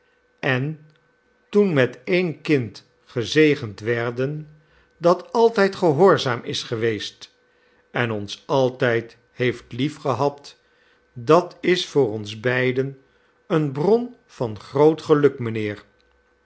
en toen met een kind gezegend werden dat altijd gehoorzaam is geweest en ons altijd heeft liefgehad dat is voor ons beiden eene bron van groot geluk mijnheer